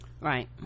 right